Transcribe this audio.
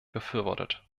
befürwortet